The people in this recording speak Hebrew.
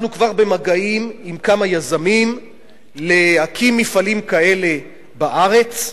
אנחנו כבר במגעים עם כמה יזמים להקים מפעלים כאלה בארץ.